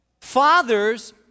Fathers